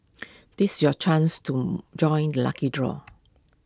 this your chance to join lucky draw